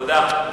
תודה.